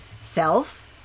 self